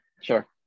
Sure